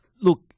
Look